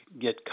get